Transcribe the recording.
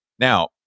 Now